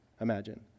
imagine